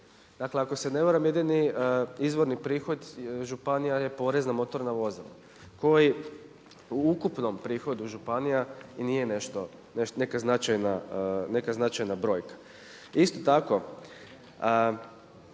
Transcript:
Dakle ako se ne varam jedini izvorni prihod županija je porez na motorna vozila koji u ukupnom prihodu županija i nije neka značajna brojka. Isto tako